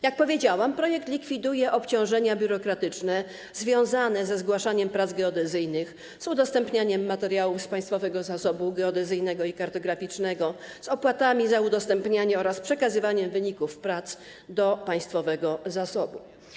Jak powiedziałam, projekt likwiduje obciążenia biurokratyczne związane ze zgłaszaniem prac geodezyjnych, z udostępnianiem materiałów z państwowego zasobu geodezyjnego i kartograficznego, z opłatami za udostępnianie oraz przekazywanie wyników prac do państwowego zasobu.